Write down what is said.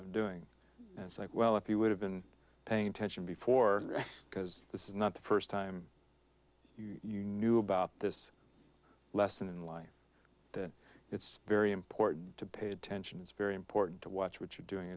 i'm doing and saying well if you would have been paying attention before because this is not the first time you knew about this lesson in life that it's very important to pay attention it's very important to watch what you're doing